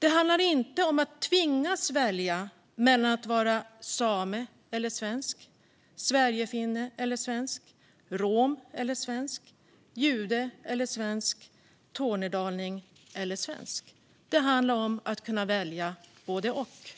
Det handlar inte om att tvingas välja mellan att vara same eller svensk, sverigefinne eller svensk, rom eller svensk, jude eller svensk, tornedaling eller svensk. Det handlar om att kunna välja både och.